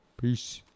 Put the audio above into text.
Peace